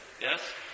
yes